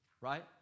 Right